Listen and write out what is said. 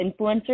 influencers